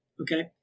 okay